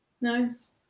Nice